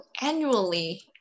annually